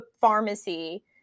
pharmacy